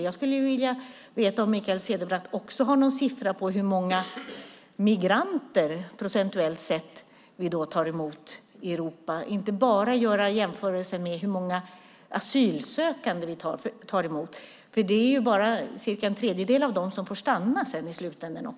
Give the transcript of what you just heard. Jag skulle vilja veta om Mikael Cederbratt har någon siffra på hur många migranter vi procentuellt tar emot i Europa och inte bara göra jämförelsen med hur många asylsökande vi tar emot, för i slutändan är det endast cirka en tredjedel av dem som får stanna här.